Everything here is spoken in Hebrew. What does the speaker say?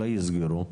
אולי יסגרו,